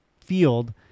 field